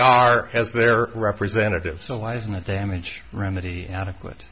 r as their representative so why isn't a damage remedy adequate